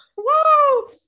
whoa